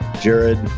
Jared